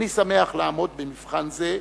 אני שמח לעמוד במבחן זה,